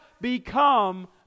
become